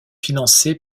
financée